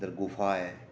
अंदर गुफा ऐ